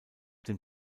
dem